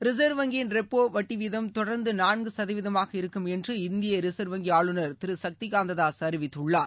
reserve வங்கியின் repo வட்டி வீதம் தொடர்ந்து நான்கு சதவீதமாக இருக்கும் என்று இந்திய ரிசர்வ் வங்கி ஆளுநர் திரு சக்திகாந்த தாஸ் அறிவித்துள்ளார்